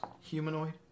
humanoid